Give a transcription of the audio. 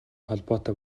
холбоотой